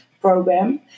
program